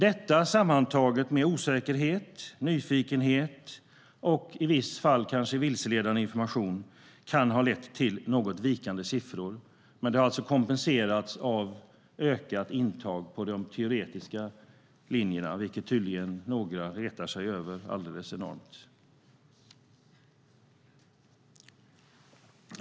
Detta sammantaget med osäkerhet, nyfikenhet och i vissa fall kanske vilseledande information kan ha lett till något vikande siffror. Men det har kompenserats av ökat intag på de teoretiska linjerna, vilket tydligen några retar sig på alldeles enormt.